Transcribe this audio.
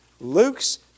Luke's